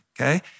okay